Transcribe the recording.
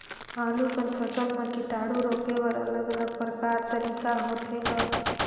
आलू कर फसल म कीटाणु रोके बर अलग अलग प्रकार तरीका होथे ग?